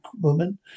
woman